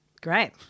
great